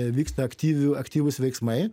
vyksta aktyvių aktyvūs veiksmai